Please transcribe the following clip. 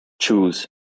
choose